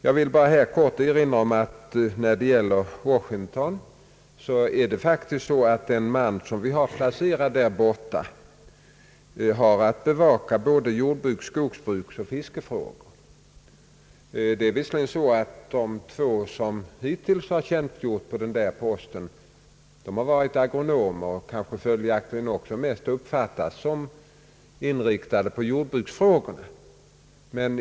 Jag vill här bara kort erinra om att vad gäller Washington har faktiskt den man som är placerad där att bevaka både jordbruks-, skogsbruksoch fiskefrågor. De två män som hittills tjänstgjort på denna post har varit agronomer och kanske följaktligen också mest uppfattats som inriktade på jordbruksfrågorna.